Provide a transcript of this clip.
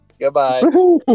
Goodbye